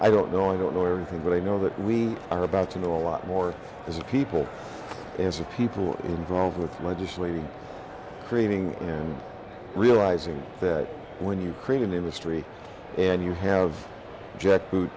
i don't know i don't know everything but i know that we are about to know a lot more as a people as a people involved with legislating creaming and realizing that when you create an industry and you have j